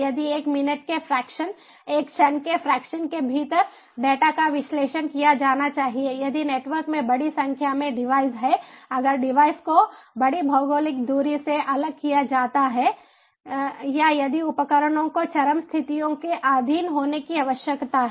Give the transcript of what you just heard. यदि एक मिनट के फ्रैक्शन एक क्षण के फ्रैक्शन के भीतर डेटा का विश्लेषण किया जाना चाहिए यदि नेटवर्क में बड़ी संख्या में डिवाइस हैं अगर डिवाइस को बड़ी भौगोलिक दूरी से अलग किया जाता है या यदि उपकरणों को चरम स्थितियों के अधीन होने की आवश्यकता है